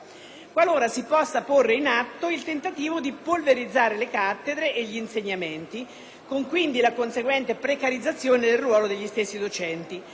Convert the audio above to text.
qualora si possa porre in atto il tentativo di polverizzare le cattedre e gli insegnamenti, con la conseguente precarizzazione del ruolo degli stessi docenti.